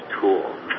tool